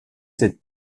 cette